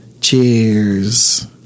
Cheers